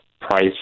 price